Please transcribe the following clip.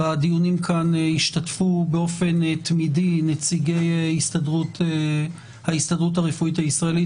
בדיונים כאן השתתפו באופן תמידי נציגי ההסתדרות הרפואית הישראלית,